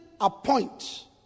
appoint